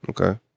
Okay